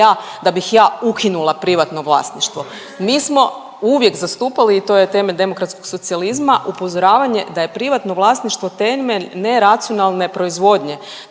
da bih ja ukinula privatno vlasništvo. Mi smo uvijek zastupali i to je temelj demokratskog socijalizma upozoravanje da je privatno vlasništvo temelj neracionalne proizvodnje,